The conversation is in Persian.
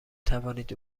توانید